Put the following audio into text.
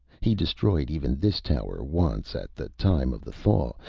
he destroyed even this tower once, at the time of the thaw.